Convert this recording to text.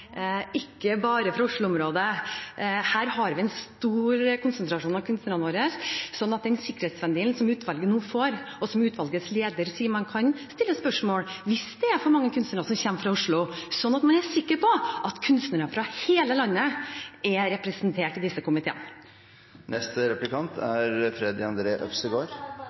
ikke bare i Oslo-området, der vi har en stor konsentrasjon av kunstnere. Utvalget får nå en sikkerhetsventil, og utvalgets leder sier at man nå kan stille spørsmål hvis det er for mange kunstnere som kommer fra Oslo, sånn at man er sikker på at kunstnere fra hele landet er representert i disse komiteene. Neste replikant er Freddy André Øvstegård.